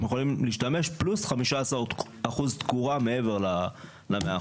הם יכולים להשתמש פלוס 15 אחוז תקורה מעבר ל-100.